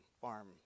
farm